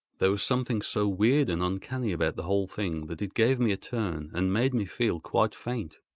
there was something so weird and uncanny about the whole thing that it gave me a turn and made me feel quite faint.